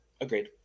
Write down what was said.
Agreed